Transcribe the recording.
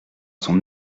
son